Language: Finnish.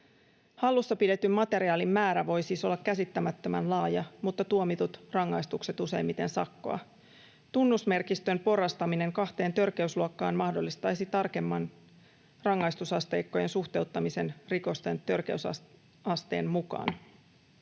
Hallussa pidetyn materiaalin määrä voi siis olla käsittämättömän laaja mutta tuomitut rangaistukset useimmiten sakkoa. Tunnusmerkistön porrastaminen kahteen törkeysluokkaan mahdollistaisi tarkemman rangaistusasteikkojen suhteuttamisen rikosten törkeysasteen mukaan.